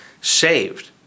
saved